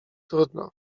trudno